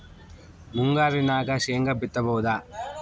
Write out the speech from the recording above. ಮುಂಗಾರಿನಾಗ ಶೇಂಗಾ ಬಿತ್ತಬಹುದಾ?